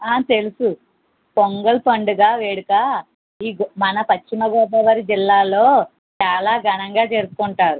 తెలుసు పొంగల్ పండుగ వేడుక ఈ గో మన పశ్చిమగోదావరి జిల్లాలో చాలా ఘనంగా జరుపుకుంటారు